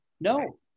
No